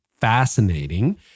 fascinating